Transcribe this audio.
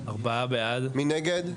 מי נגד?